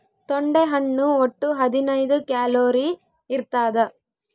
ತೊಂಡೆ ಹಣ್ಣು ಒಟ್ಟು ಹದಿನೈದು ಕ್ಯಾಲೋರಿ ಇರ್ತಾದ